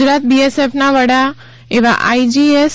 ગુજરાત બીએસએફના વડા એવા આઇજી જીએસ